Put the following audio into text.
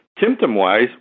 Symptom-wise